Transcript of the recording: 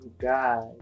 guys